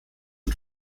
und